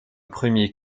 premier